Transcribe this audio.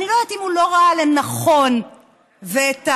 אני לא יודעת אם הוא לא ראה נכון את העומק,